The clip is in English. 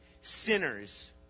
sinners